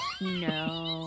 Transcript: No